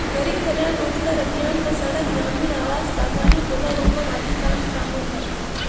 गरीब कल्याण रोजगार अभियान में सड़क, ग्रामीण आवास, बागवानी, पौधारोपण आदि काम शामिल है